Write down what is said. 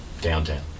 downtown